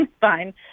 fine